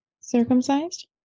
circumcised